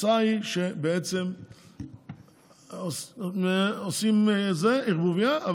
התוצאה היא שבעצם עושים ערבוביה,